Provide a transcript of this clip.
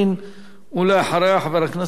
ואחריה, חבר הכנסת ג'מאל זחאלקה.